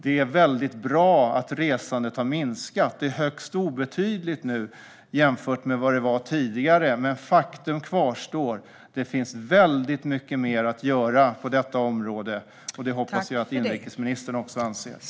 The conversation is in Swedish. Det är bra att resandet har minskat. Det är högst obetydligt nu jämfört med tidigare. Men faktum kvarstår: Det finns väldigt mycket mer att göra på området, och det hoppas jag att inrikesministern också anser.